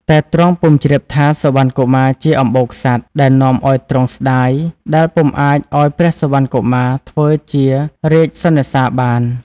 តែទ្រង់ពុំជ្រាបថាសុវណ្ណកុមារជាអម្បូរក្សត្រ ដែលនាំឱ្យទ្រង់ស្តាយ ដែលពុំអាចឱ្យព្រះសុវណ្ណកុមារធ្វើជារាជសុណិសាបាន។